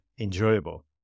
enjoyable